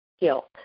guilt